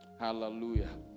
Hallelujah